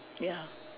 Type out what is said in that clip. ya